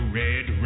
red